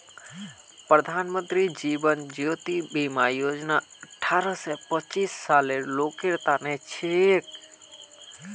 प्रधानमंत्री जीवन ज्योति बीमा योजना अठ्ठारह स पचास सालेर लोगेर तने छिके